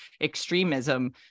extremism